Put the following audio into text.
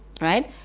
Right